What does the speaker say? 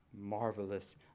marvelous